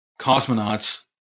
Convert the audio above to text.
cosmonauts